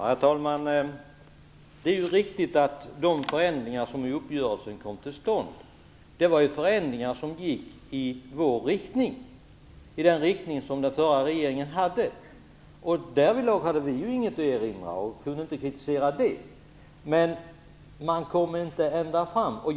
Herr talman! Det är riktigt att de förändringar som kom till stånd i uppgörelsen var förändringar som gick i vår riktning och i den förra regeringens riktning. Därvidlag hade vi inget att erinra eller kritisera. Men man kom inte ända fram.